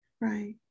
Right